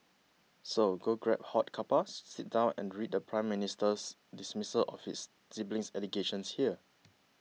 so go grab hot cuppa sit down and read the Prime Minister's dismissal of his siblings allegations here